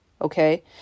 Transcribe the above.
okay